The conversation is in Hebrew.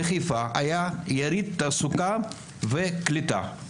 בחיפה היה יריד תעסוקה וקליטה.